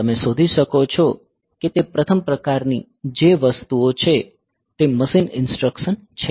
તમે શોધી શકો છો કે તે પ્રથમ પ્રકારની જે વસ્તુઓ છે તે મશીન ઇન્સટ્રકસન છે